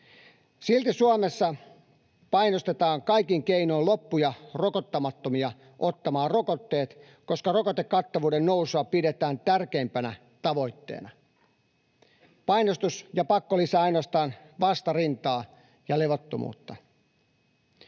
Silti Suomessa painostetaan kaikin keinoin loppuja rokottamattomia ottamaan rokotteet, koska rokotekattavuuden nousua pidetään tärkeimpänä tavoitteena. Painostus ja pakko lisäävät ainoastaan vastarintaa ja levottomuutta.